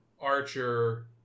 archer